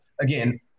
again